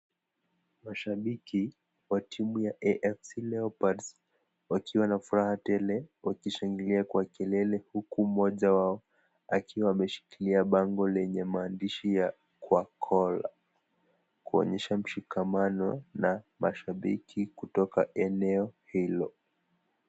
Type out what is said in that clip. Mashabiki wa timu ya fc Leopards wakiwa na furaha tele wakishangilia kwa kelele huku mmoja wao akiwa ameshikilia bango lenye maandishi ya Wa kokola kuonesha mshikamano ma mashabiki kutokana eneo hilo.